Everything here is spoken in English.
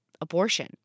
abortion